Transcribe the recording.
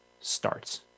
starts